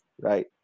right